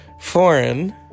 foreign